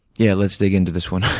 yeah, let's dig into this one.